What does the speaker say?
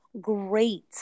great